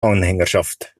anhängerschaft